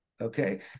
okay